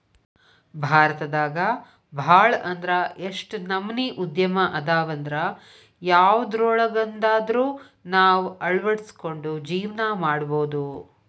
ಭಾರತದಾಗ ಭಾಳ್ ಅಂದ್ರ ಯೆಷ್ಟ್ ನಮನಿ ಉದ್ಯಮ ಅದಾವಂದ್ರ ಯವ್ದ್ರೊಳಗ್ವಂದಾದ್ರು ನಾವ್ ಅಳ್ವಡ್ಸ್ಕೊಂಡು ಜೇವ್ನಾ ಮಾಡ್ಬೊದು